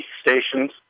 stations